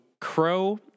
Crow